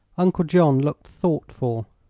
uncle john looked thoughtful.